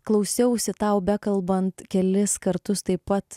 klausiausi tau bekalbant kelis kartus taip pat